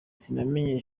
sinamenye